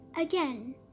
Again